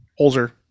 Holzer